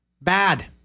Bad